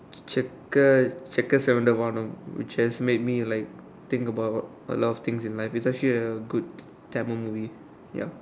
checkered checkered seven the one which has made me like think about a lot of things in life it's actually a good Tamil movie ya